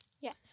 yes